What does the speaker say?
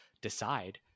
decide